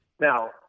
Now